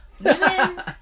Women